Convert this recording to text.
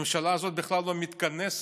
הממשלה הזאת בכלל לא מתכנסת.